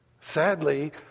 Sadly